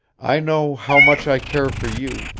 i know how much i care for you,